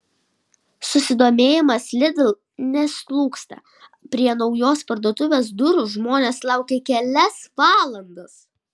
susidomėjimas lidl neslūgsta prie naujos parduotuvės durų žmonės laukė kelias valandas